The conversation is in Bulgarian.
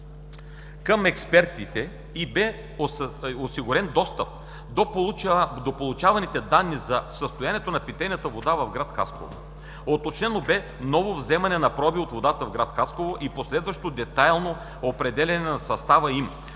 към експертите и бе осигурен достъп до получаваните данни за състоянието на питейната вода в град Хасково. Уточнено бе ново вземане на проби от водата в Хасково и последващо детайлно определяне на състава им